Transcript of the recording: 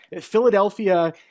Philadelphia